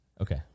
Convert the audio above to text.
Okay